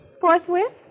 Forthwith